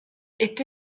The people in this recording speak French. est